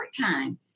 time